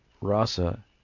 rasa